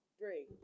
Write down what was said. three